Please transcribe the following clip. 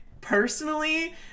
personally